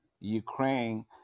Ukraine